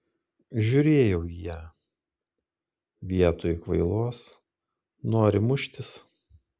žiūrėjau į ją vietoj kvailos nori muštis